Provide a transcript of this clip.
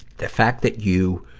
the fact that you,